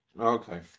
Okay